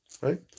Right